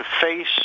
face